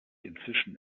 inzwischen